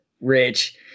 rich